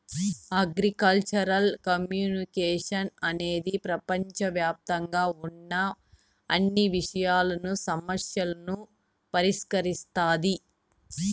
agricultural communication అనేది ప్రపంచవ్యాప్తంగా ఉన్న అన్ని విషయాలను, సమస్యలను పరిష్కరిస్తాది